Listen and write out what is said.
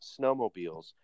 snowmobiles